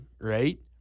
right